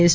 S